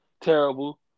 terrible